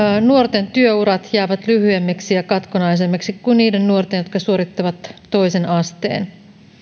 nuorten työurat jäävät lyhyemmiksi ja katkonaisemmiksi kuin niiden nuorten jotka suorittavat toisen asteen